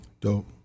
Dope